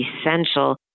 essential